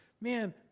man